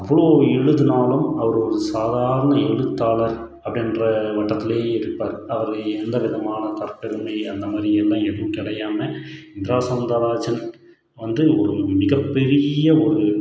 அவ்வளோ எழுதினாலும் அவர் ஒரு சாதாரண எழுத்தாளர் அப்படின்ற வட்டத்துலேயே இருப்பார் அவர் எந்த விதமான தற்பெருமை அந்தமாதிரி எல்லாம் ஏதும் கிடையாமல் இந்திரா சௌந்தரராஜன் வந்து ஒரு மிகப்பெரிய ஒரு